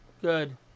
Good